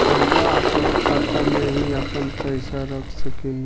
रउआ आपना खाता में ही आपन पईसा रख सकेनी